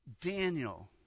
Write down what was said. Daniel